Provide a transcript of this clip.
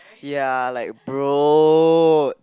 ya like bro